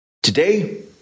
Today